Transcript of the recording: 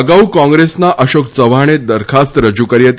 અગાઉ કોંગ્રેસના અશોક ચવ્હાણે દરખાસ્ત રજૂ કરી હતી